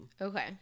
Okay